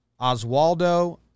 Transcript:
Oswaldo